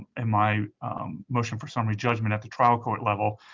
in my motion for summary judgment at the trial court level.